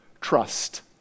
Trust